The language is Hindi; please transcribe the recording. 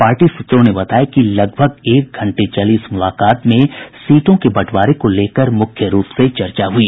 पार्टी सूत्रों ने बताया कि लगभग एक घंटे चली इस मुलाकात में सीटों के बंटवारे को लेकर मुख्य रूप से चर्चा हई